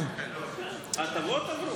ההטבות עברו.